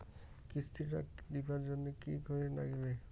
কিস্তি টা দিবার জন্যে কি করির লাগিবে?